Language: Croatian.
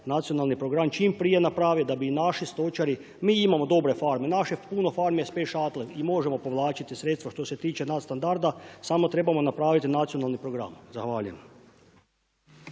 nacionalni program čim prije napravi da bi naši stočari, mi imamo dobro farmi, naših puno farmi je space shuttle i možemo povlačiti sredstva što se tiče nad standarda samo trebamo napraviti nacionalni program. Zahvaljujem.